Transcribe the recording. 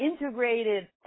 integrated